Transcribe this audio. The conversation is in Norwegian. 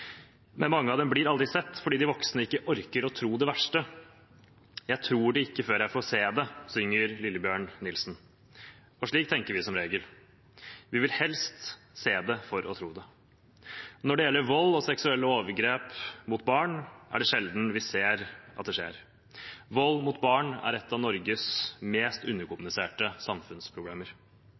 men mange av dem blir aldri sett, fordi de voksne ikke orker å tro det verste. «Jeg tror det ikke før jeg får se det», synger Lillebjørn Nilsen. Og slik tenker vi som regel. Vi vil helst se det for å tro det. Når det gjelder vold og seksuelle overgrep mot barn, er det sjelden vi ser at det skjer. Vold mot barn er et av Norges mest underkommuniserte